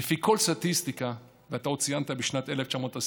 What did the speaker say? לפי כל סטטיסטיקה, ואתה עוד ציינת בשנת 1924,